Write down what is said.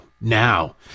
now